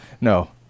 no